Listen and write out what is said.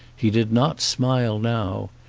he did not smile now.